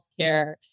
healthcare